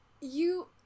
You-